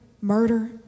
murder